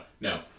no